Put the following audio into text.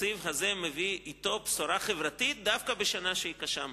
התקציב הזה מביא אתו בשורה חברתית דווקא בשנה שהיא קשה מאוד.